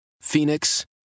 Phoenix